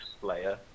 player